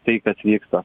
tai kas vyksta